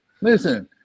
Listen